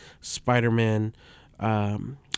Spider-Man